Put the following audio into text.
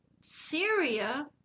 Syria